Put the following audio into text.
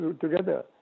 together